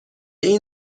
این